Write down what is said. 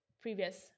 previous